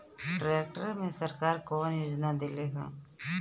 Tractor मे सरकार कवन योजना देले हैं?